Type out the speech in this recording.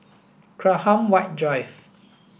Graham White Drive